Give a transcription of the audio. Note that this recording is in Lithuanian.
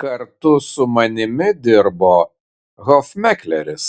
kartu su manimi dirbo hofmekleris